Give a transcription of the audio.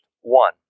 one